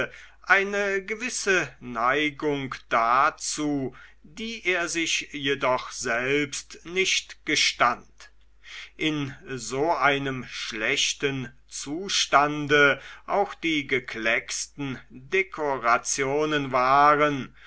eine gewisse neigung dazu die er sich jedoch selbst nicht gestand in so einem schlechten zustande auch die geklecksten dekorationen waren